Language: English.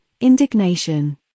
indignation